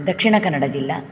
दक्षिणकन्नडजिल्ला